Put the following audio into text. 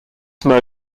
mode